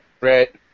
Right